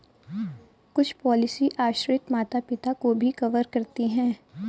कुछ पॉलिसी आश्रित माता पिता को भी कवर करती है